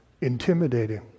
intimidating